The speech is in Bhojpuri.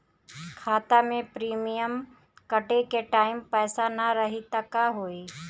खाता मे प्रीमियम कटे के टाइम पैसा ना रही त का होई?